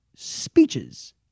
speeches